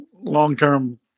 long-term